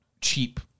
cheap